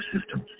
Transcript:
systems